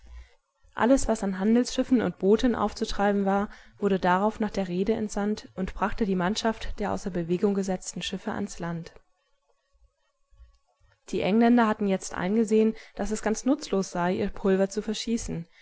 alles was an handelsschiffen und booten aufzutreiben war wurde darauf nach der reede entsandt und brachte die mannschaft der außer bewegung gesetzten schiffe ans land die engländer hatten jetzt eingesehen daß es ganz nutzlos sei ihr pulver zu verschießen